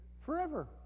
forever